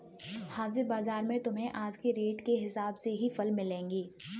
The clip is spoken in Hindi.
हाजिर बाजार में तुम्हें आज के रेट के हिसाब से ही फल मिलेंगे